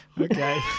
Okay